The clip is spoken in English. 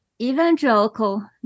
evangelical